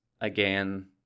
again